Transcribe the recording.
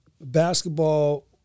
basketball